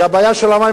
כי הבעיה של המים,